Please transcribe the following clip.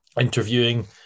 interviewing